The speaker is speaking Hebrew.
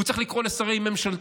הוא צריך לקרוא לשרי ממשלתו,